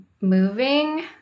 moving